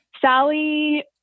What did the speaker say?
Sally